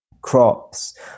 crops